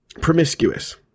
promiscuous